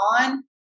on